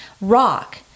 rock